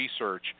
research